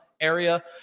area